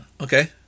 okay